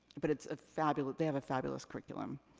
but it's a fabulous, they have a fabulous curriculum.